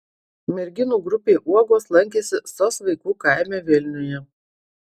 merginų grupė uogos lankėsi sos vaikų kaime vilniuje